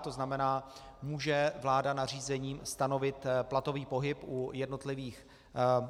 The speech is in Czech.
To znamená, že vláda může nařízením stanovit platový pohyb u jednotlivých